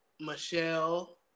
Michelle